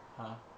!huh!